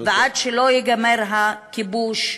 עד שלא ייגמר הכיבוש,